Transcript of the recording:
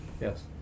Yes